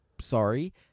Sorry